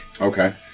Okay